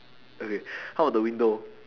okay how about the window